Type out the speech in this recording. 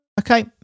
Okay